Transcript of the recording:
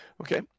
Okay